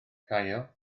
caio